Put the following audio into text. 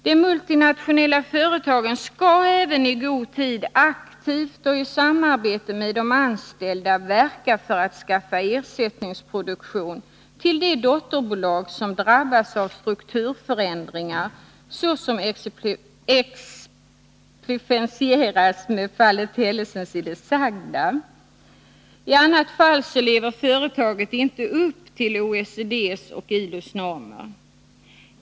De multinationella företagen skall även i god tid aktivt och i samarbete med de anställda verka för att skaffa ersättningsproduktion till de dotterbolag som drabbas av strukturförändringar, såsom exemplifierats med fallet Hellesens i det sagda. I annat fall lever företagen inte upp till OECD:s och ILO:s normer.